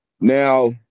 now